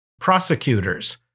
prosecutors